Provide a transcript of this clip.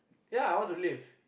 ya I want to live